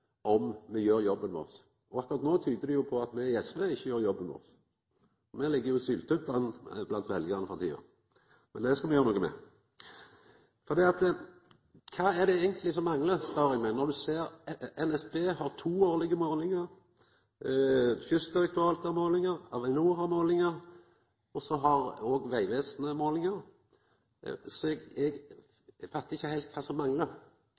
om me gjer jobben vår. Akkurat no tyder det jo på at me i SV ikkje gjer jobben vår. Me ligg jo syltynt an blant veljarane for tida. Men det skal me gjera noko med. Kva er det eigentleg som manglar, spør eg meg, når ein ser at NSB har to årlege målingar, Kystdirektoratet har målingar, Avinor har målingar – og så har òg Vegesenet målingar. Eg fattar ikkje heilt